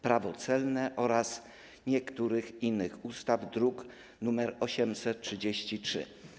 Prawo celne oraz niektórych innych ustaw, druk nr 833.